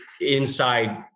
inside